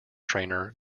trainer